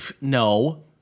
no